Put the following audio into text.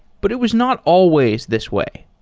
but it was not always this way.